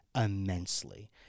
immensely